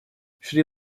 шри